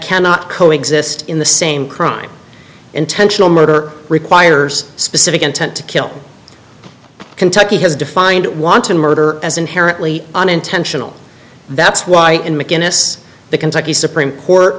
cannot co exist in the same crime intentional murder requires specific intent to kill kentucky has defined it want to murder as inherently unintentional that's why in mcginnis the kentucky supreme court